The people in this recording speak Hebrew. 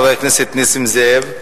חבר הכנסת נסים זאב.